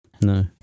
No